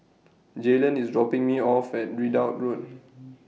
Jaylen IS dropping Me off At Ridout Road